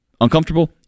Uncomfortable